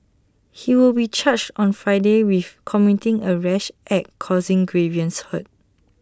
he will be charged on Friday with committing A rash act causing grievous hurt